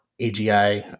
AGI